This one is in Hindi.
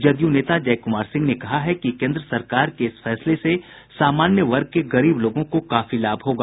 जदयू नेता जय कुमार सिंह ने कहा है कि केन्द्र सरकार के इस फैसले से सामान्य वर्ग के गरीब लोगों को काफी लाभ होगा